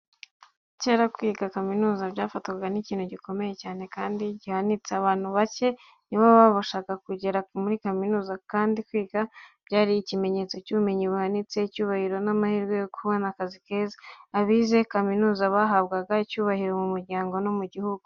Kera, kwiga kaminuza byafatwaga nk’ikintu gikomeye cyane kandi gihanitse. Abantu bake nibo babashaga kugera muri kaminuza, kandi kwiga byari ikimenyetso cy’ubumenyi buhanitse, icyubahiro n’amahirwe yo kubona akazi keza. Abize kaminuza bahabwaga icyubahiro mu muryango no mu gihugu.